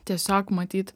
tiesiog matyt